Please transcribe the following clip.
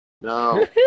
No